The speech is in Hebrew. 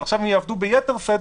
עכשיו הן יעבדו ביתר שאת,